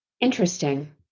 Interesting